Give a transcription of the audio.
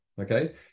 Okay